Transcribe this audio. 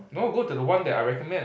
no go to the one that I recommend